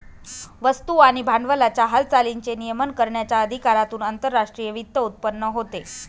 वस्तू आणि भांडवलाच्या हालचालींचे नियमन करण्याच्या अधिकारातून आंतरराष्ट्रीय वित्त उत्पन्न होते